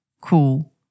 cool